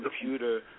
Computer